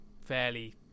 fairly